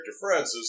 Francis